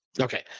Okay